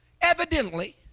Evidently